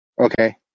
Okay